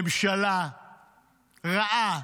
ממשלה רעה,